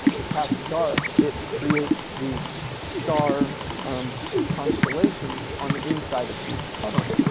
it casts dark, it creates these star constellations on the inside of these tunnels.